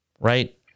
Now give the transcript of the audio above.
right